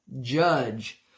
judge